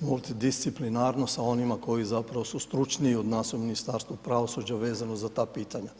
multidisciplinarno sa onima koji zapravo su stručniji od nas u Ministarstvu pravosuđa vezano za ta pitanja.